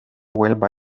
huelva